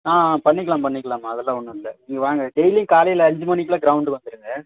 ஆ பண்ணிக்கலாம் பண்ணிக்கலாம்மா அதெல்லாம் ஒன்று இல்லை நீங்கள் வாங்க டெய்லி காலையில் அஞ்சு மணிக்குலா க்ரௌன்டு வந்துடுங்க